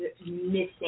missing